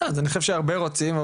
אני חושב שהרבה רוצים,